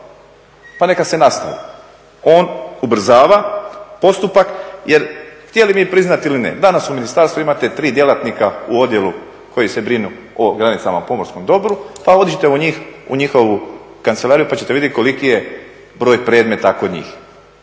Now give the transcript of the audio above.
pa neka se nastavi. On ubrzava postupak jer htjeli mi priznati ili ne danas u ministarstvu imate tri djelatnika u odjelu koji se brine o granicama pomorskog dobra pa odite u njihovu kancelariju pa ćete vidjeti koliki je broj predmeta kod njih.